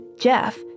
Jeff